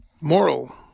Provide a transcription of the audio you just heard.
moral